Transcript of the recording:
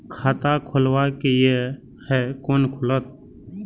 खाता खोलवाक यै है कोना खुलत?